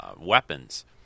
weapons